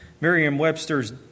Merriam-Webster's